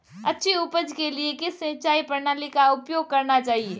अच्छी उपज के लिए किस सिंचाई प्रणाली का उपयोग करना चाहिए?